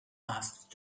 asked